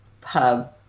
pub